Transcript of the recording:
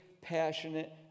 passionate